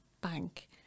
bank